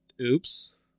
oops